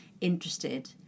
interested